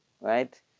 right